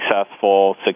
successful